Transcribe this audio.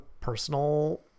personal